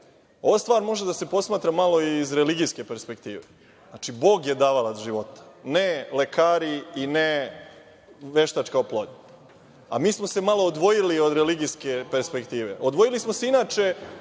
Ova stvar može da se posmatra malo i iz religijske perspektive. Bog je davalac života, ne lekari i ne veštačka oplodnja, a mi smo se malo odvojili od religijske perspektive. Odvojili smo se inače